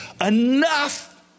enough